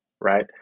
right